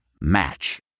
Match